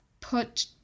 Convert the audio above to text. put